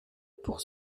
pour